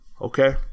Okay